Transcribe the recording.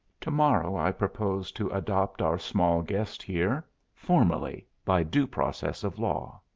to-morrow i propose to adopt our small guest here formally by due process of law.